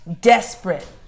Desperate